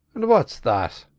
and what's that?